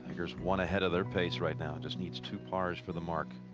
here's one ahead of their pace right now. just needs two pars for the mark